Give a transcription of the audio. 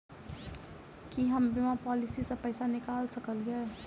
की हम बीमा पॉलिसी सऽ पैसा निकाल सकलिये?